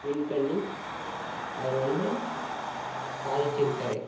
win பண்ணி அவர் வந்து சாதிச்சிருக்கார்